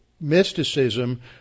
mysticism